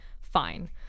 fine